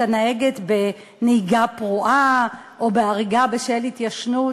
הנהגת בנהיגה פרועה או בהריגה בשל התיישנות,